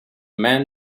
man